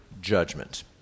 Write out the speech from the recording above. judgment